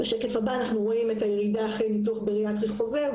רואים את הירידה אחרי ניתוח בריאטרי חוזר.